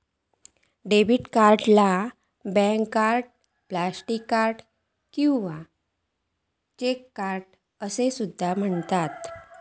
debit card याका bank card, plastic card किंवा cheque card असो सुद्धा म्हणतत